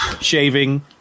shaving